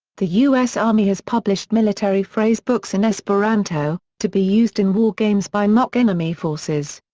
the us army has published military phrase books in esperanto, to be used in war games by mock enemy forces.